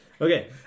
Okay